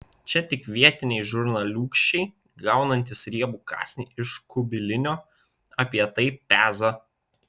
čia tik vietiniai žurnaliūkščiai gaunantys riebų kasnį iš kubilinio apie tai peza